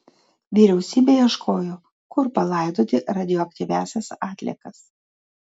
vyriausybė ieškojo kur palaidoti radioaktyviąsias atliekas